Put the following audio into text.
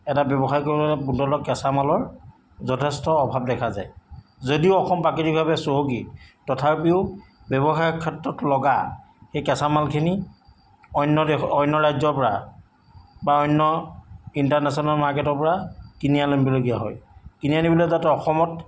এটা ব্যৱসায় কৰিবলৈ কেঁচা মালৰ যথেষ্ট অভাৱ দেখা যায় যদিও অসম প্ৰাকৃতিকভাৱে চহকী তথাপিও ব্যৱসায় ক্ষেত্ৰত লগা সেই কেঁচা মালখিনি অন্য দে ৰাজ্যৰ পৰা বা অন্য ইণ্টাৰনেশ্যনেল মাৰ্কেটৰ পৰা কিনি আনিবলগীয়া হয় কিনি আনি পেলে তাতে অসমত